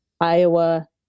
Iowa